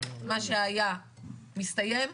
מה שהיה מסתיים,